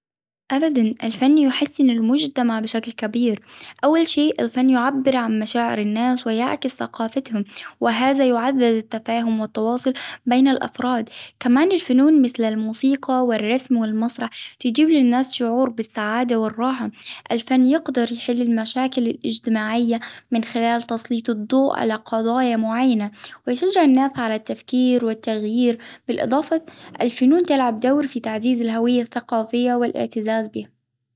أبدا الفن يحسن المجتمع بشكل كبير، أول شيء الزن يعبر عن مشاعر الناس ويعكس ثقافتهم، وهذا يعزز التفاهم والتواصل بين الأفراد، كمان الفنون مثل الموسيقى ،والرسم ،والمسرح، تجيب للناس شعور بالسعادة والراحة، الفن يقدر يحل المشاكل من خلال تسليط الضوء على قضايا معينة، ويشجع الناس على التفكير والتغيير بالإضافة الفنون تلعب دور في تعزيز الهوية الثقافية والإعتزاز بها.